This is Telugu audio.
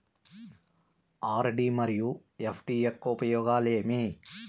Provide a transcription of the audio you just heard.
ఆర్.డి మరియు ఎఫ్.డి యొక్క ఉపయోగాలు ఏమి?